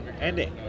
ending